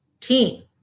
Team